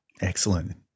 Excellent